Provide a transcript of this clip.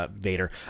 Vader